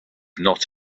not